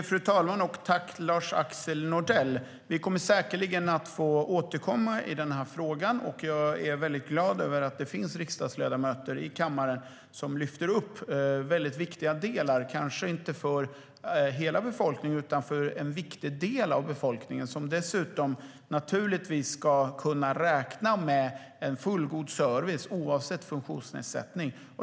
Fru talman! Tack, Lars-Axel Nordell! Vi kommer säkerligen att få återkomma i den här frågan. Jag är väldigt glad över att det finns riksdagsledamöter i kammaren som lyfter upp väldigt viktiga delar. Det är de kanske inte för hela befolkningen utan för en viktig del av befolkningen. Den ska dessutom kunna räkna med en fullgod service oavsett funktionsnedsättning.